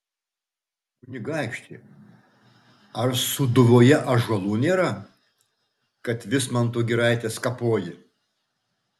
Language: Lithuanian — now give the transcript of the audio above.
kunigaikšti ar sūduvoje ąžuolų nėra kad vismanto giraites kapoji